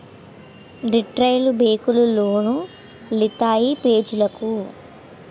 retail బేంకులు loan లిత్తాయి పెజలకు